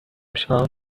شام